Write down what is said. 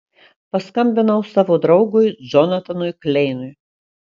paskambinau savo draugui džonatanui kleinui